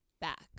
back